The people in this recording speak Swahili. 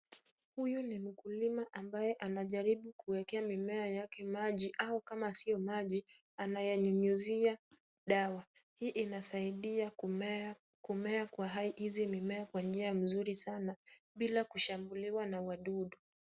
Huyu ni mkulima ambaye anajaribu kuwekea mimea yake maji au kama sio maji, anayanyunyizia dawa. Hii inasaidia kumea, kumea kwa hizi mimea kwa njia mzuri sana bila kushambuliwa na wadudu.